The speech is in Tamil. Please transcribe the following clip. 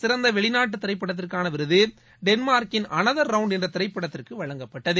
சிறந்த வெளிநாட்டு திரைப்படத்திற்கான விருது டென்மார்க்கின் அனதர் ரவுண்ட் என்ற திரைப்படத்திற்கு வழங்கப்பட்டது